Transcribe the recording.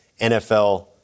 NFL